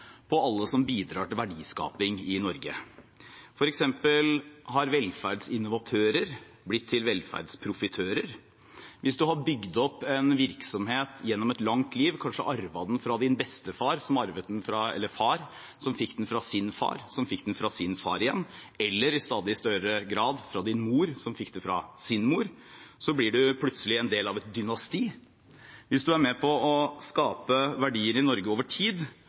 på alle som bidrar til verdiskaping i Norge, f.eks. har velferdsinnovatører blitt til velferdsprofitører. Hvis man har bygd opp en virksomhet gjennom et langt liv – kanskje arvet den fra sin far, som fikk den fra sin far, som igjen fikk den fra sin far, eller, i stadig større grad, fra sin mor, som fikk den fra sin mor – blir man plutselig en del av et dynasti. Hvis man er med på å skape verdier i Norge over tid,